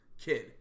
kid